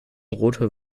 rotor